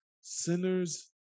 sinners